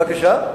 בבקשה?